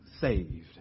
saved